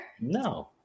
No